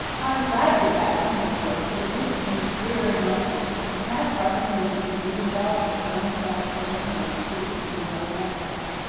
i was glad to get back home, of course but it did seem queer and lonesome. the cats hardly knew me, and william adolphus roamed about forlornly and appeared to feel like an exile.